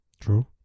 True